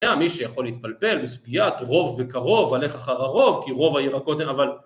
זהה מי שיכול להתפלפל מסוגיית רוב וקרוב, הלך אחר הרוב כי רוב הירקות הם אבל